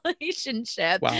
relationship